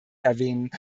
erwähnen